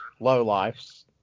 lowlifes